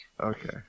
Okay